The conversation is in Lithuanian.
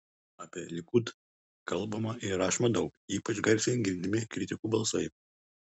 apie likud kalbama ir rašoma daug ypač garsiai girdimi kritikų balsai